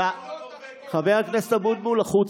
חבר הכנסת אבוטבול, החוצה,